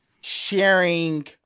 sharing